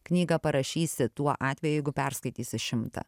knygą parašysi tuo atveju jeigu perskaitysi šimtą